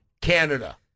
Canada